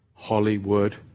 Hollywood